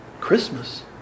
Christmas